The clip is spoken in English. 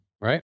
Right